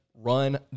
Run